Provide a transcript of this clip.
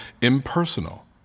impersonal